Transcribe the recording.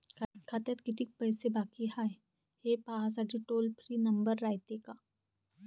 खात्यात कितीक पैसे बाकी हाय, हे पाहासाठी टोल फ्री नंबर रायते का?